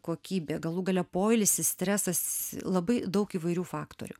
kokybė galų gale poilsis stresas labai daug įvairių faktorių